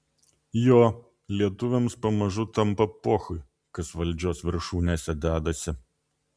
jo lietuviams pamažu tampa pochui kas valdžios viršūnėse dedasi